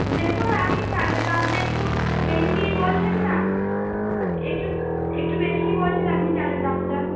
দেখুন আপনি চালের দামটা একটু বেশিই বলছেন না একটু একটু বেশিই বলছেন আপনি চালের দামটা